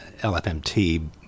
LFMT